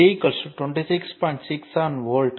67 volt